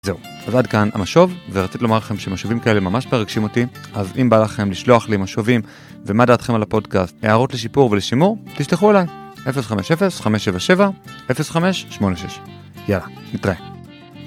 זהו, אז עד כאן המשוב, ורציתי לומר לכם שמשובים כאלה ממש מרגשים אותי, אז אם בא לכם לשלוח לי משובים, ומה דעתכם על הפודקאסט, הערות לשיפור ולשימור, תשלחו אליי, 050-5770586, יאללה, נתראה.